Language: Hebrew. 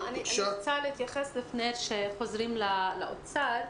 אני רוצה להתייחס לפני שחוזרים לאוצר,